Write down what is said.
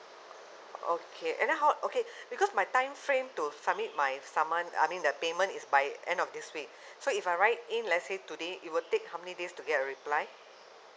okay and then how okay because my time frame to submit my saman I mean the payment is by end of this week so if I write in let's say today it will how many days to get a reply